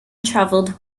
travelled